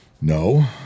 No